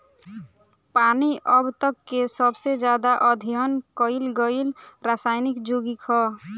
पानी अब तक के सबसे ज्यादा अध्ययन कईल गईल रासायनिक योगिक ह